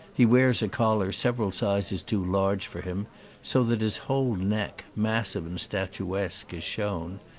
he wears a collar several sizes too large for him so that his whole neck, massive and statuesque, is shown.